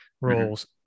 roles